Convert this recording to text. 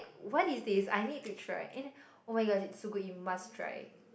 what is this I need to try and then oh-my-god it's so good you must try